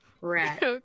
rat